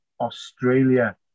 Australia